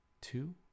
two